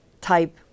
type